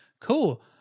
cool